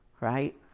right